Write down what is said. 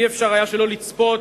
אי-אפשר היה שלא לצפות,